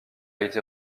été